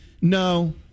No